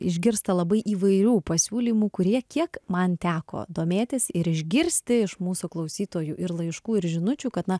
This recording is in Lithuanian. išgirsta labai įvairių pasiūlymų kurie kiek man teko domėtis ir išgirsti iš mūsų klausytojų ir laiškų ir žinučių kad na